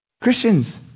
Christians